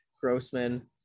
grossman